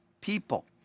people